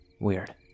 Weird